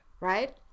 right